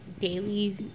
daily